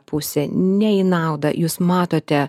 pusę ne į naudą jūs matote